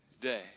day